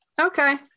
Okay